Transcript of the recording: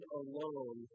alone